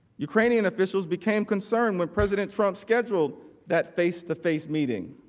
ukrainian officials became concerned when president trump scheduled that face-to-face meeting.